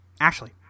Ashley